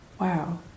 Wow